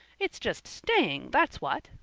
it's just staying, that's what,